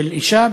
של אישה,